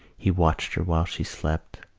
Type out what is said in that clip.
he watched her while she slept,